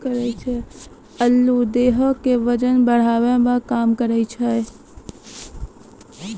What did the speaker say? आलू देहो के बजन बढ़ावै के काम करै छै